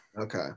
Okay